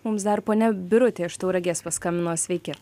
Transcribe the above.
mums dar ponia birutė iš tauragės paskambino sveiki